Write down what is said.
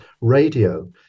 radio